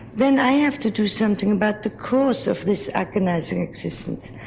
then i have to do something about the course of this agonising existence.